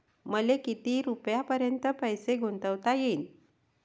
मले किती रुपयापर्यंत पैसा गुंतवता येईन?